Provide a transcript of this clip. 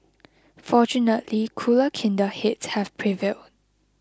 fortunately cooler kinder heads have prevailed